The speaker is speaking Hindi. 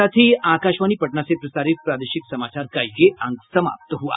इसके साथ ही आकाशवाणी पटना से प्रसारित प्रादेशिक समाचार का ये अंक समाप्त हुआ